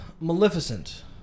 Maleficent